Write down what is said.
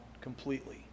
completely